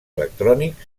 electrònic